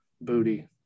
booty